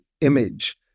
image